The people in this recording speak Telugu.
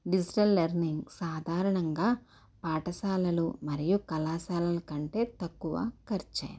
డిజిటల్ లర్నింగ్ సాధారణంగా పాఠశాలలు మరియు కళాశాల కంటే తక్కువ ఖర్చయినది